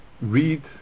read